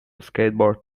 skateboard